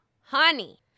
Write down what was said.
honey